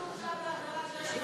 מי שהורשע בעבירה שיש עמה קלון,